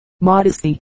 modesty